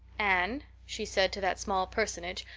anne, she said to that small personage,